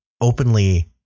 openly